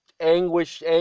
anguish